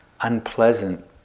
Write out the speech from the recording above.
unpleasant